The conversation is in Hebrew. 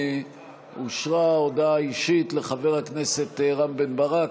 אושרה הודעה אישית לחבר הכנסת רם בן ברק.